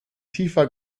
tiefer